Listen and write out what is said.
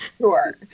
sure